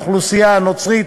האוכלוסייה הנוצרית,